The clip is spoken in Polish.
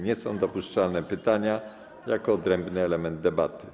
Nie są dopuszczalne pytania jako odrębny element debaty.